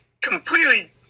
Completely